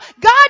God